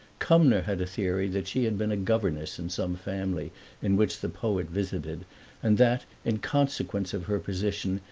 cumnor had a theory that she had been a governess in some family in which the poet visited and that, in consequence of her position,